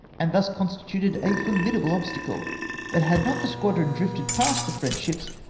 and thus constituted a formidable obstacle but had not the squadron drifted past the french ships,